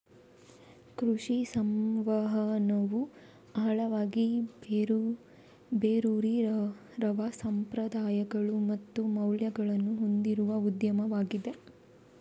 ಕೃಷಿ ಸಂವಹನವು ಆಳವಾಗಿ ಬೇರೂರಿರುವ ಸಂಪ್ರದಾಯಗಳು ಮತ್ತು ಮೌಲ್ಯಗಳನ್ನು ಹೊಂದಿರುವ ಉದ್ಯಮವಾಗಿದೆ